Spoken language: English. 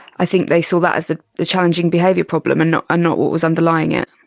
i think they saw that as the the challenging behaviour problem and not not what was underlying it.